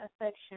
affection